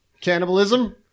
cannibalism